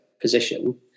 position